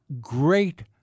great